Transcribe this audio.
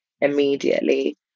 immediately